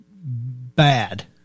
bad